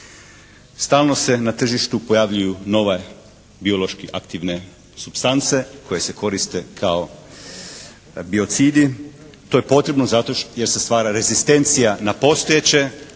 Stalno se na tržištu pojavljuju nova biološki aktivne supstance koje se koriste kao biocidi. To je potrebno zato jer se stvara rezistencija na postojeće,